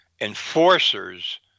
enforcers